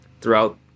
throughout